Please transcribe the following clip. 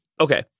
okay